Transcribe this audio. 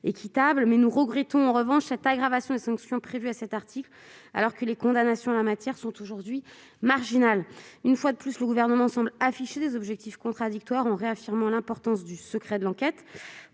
étant, nous regrettons l'alourdissement des sanctions prévues à cet article, alors que les condamnations en la matière sont aujourd'hui marginales. Une fois de plus, le Gouvernement semble afficher des objectifs contradictoires. Il réaffirme l'importance du secret de l'enquête,